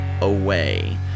away